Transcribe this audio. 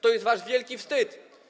To jest wasz wielki wstyd.